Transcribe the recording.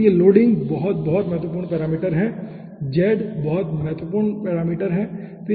तो यह लोडिंग बहुत बहुत महत्वपूर्ण पैरामीटर है Z बहुत बहुत महत्वपूर्ण पैरामीटर है ठीक है